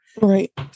Right